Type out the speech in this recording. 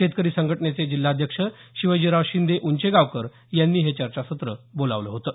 शेतकरी संघटनेचे जिल्हाध्यक्ष शिवाजीराव शिंदे ऊंचेगावकर यांनी हे चर्चासत्र बोलावलं होतं